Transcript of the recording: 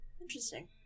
Interesting